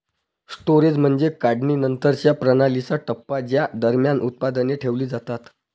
storage म्हणजे काढणीनंतरच्या प्रणालीचा टप्पा ज्या दरम्यान उत्पादने ठेवली जातात